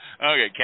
Okay